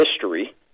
history